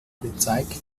gezeigt